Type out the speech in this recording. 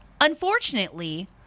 Unfortunately